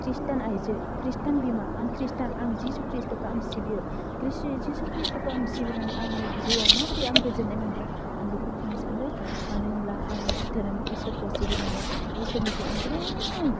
खृष्टान आइजो खृष्टान बिमा आं खृष्टान आं जिसु कृष्टखौ आं सिबियो जिसु खृष्टखौ आं सिबिनानै आंनि जिउआव माबोरै आं गोजोन्नाय मोनदों आं बेखौ बुंनो सानदों मानो होमब्ला आं धोरोम इसोरखौ सिबिनानै इसोरनिफ्राय आं गोबां